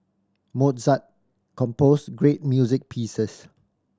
Mozart composed great music pieces